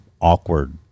awkward